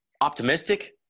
Optimistic